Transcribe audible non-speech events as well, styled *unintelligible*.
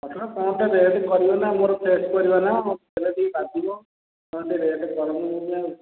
ଆପଣ କ'ଣ ଗୋଟେ ରେଟ୍ କରିବେନା ମୋର ଫ୍ରେସ୍ ପରିବା ନା ଆଉ ରେଟ୍ ଟିକିଏ କାଟିବ *unintelligible*